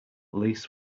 least